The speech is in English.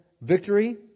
victory